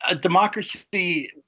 Democracy